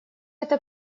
это